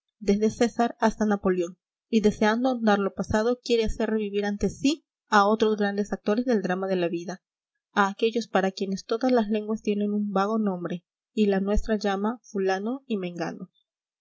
desde césar hasta napoleón y deseando ahondar lo pasado quiere hacer revivir ante sí a otros grandes actores del drama de la vida a aquellos para quienes todas las lenguas tienen un vago nombre y la nuestra llama fulano y mengano